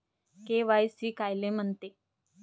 KYC कायले म्हनते?